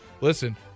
Listen